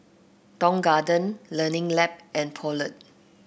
Tong Garden Learning Lab and Poulet